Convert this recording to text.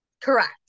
Correct